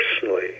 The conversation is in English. personally